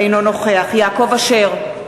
אינו נוכח יעקב אשר,